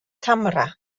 camera